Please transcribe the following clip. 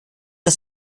das